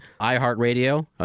iHeartRadio